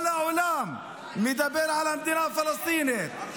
כל העולם מדבר על מדינה פלסטינית.